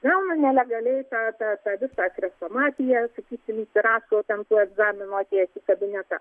gauna nelegaliai tą tą tą visą chrestomatiją sakysim įsirašo ten tuos egzamino tiesiai į kabinetą